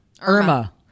Irma